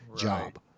job